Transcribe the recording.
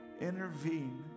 intervene